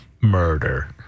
murder